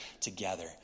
together